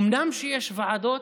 אומנם יש ועדות